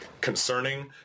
Concerning